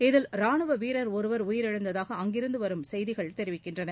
இதில் ரானுவ வீரர் ஒருவர் உயிரிழந்ததாக அங்கிருந்து வரும் செய்திகள் தெரிவிக்கின்றன